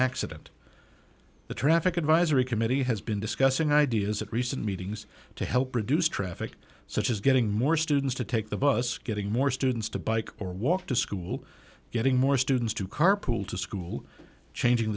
accident the traffic advisory committee has been discussing ideas at recent meetings to help reduce traffic such as getting more students to take the bus getting more students to bike or walk to school getting more students to carpool to school changing